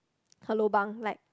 her lobang like